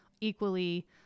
equally